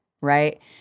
Right